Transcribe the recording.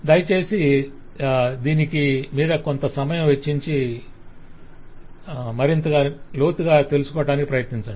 దయచేసి దీనికమీదా కొంత సమయం వెచ్చించండి